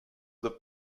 the